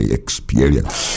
experience